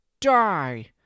Die